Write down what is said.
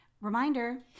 Reminder